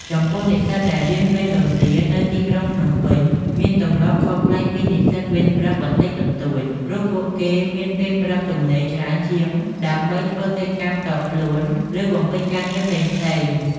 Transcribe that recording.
ចំំពោះនិស្សិតដែលរៀនវេនរសៀលនៅទីក្រុងភ្នំពេញ មានទម្លាប់ខុសប្លែកពីនិស្សិតវេនព្រឹកបន្តិចបន្តួច ព្រោះពួកគេមានពេលព្រឹកទំនេរច្រើនជាងដើម្បីធ្វើកិច្ចការផ្ទាល់ខ្លួន ឬបំពេញការងារផ្សេងៗ។